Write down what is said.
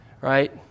Right